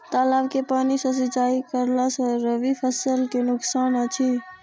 तालाब के पानी सँ सिंचाई करला स रबि फसल के नुकसान अछि?